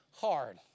hard